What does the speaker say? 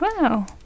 Wow